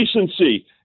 decency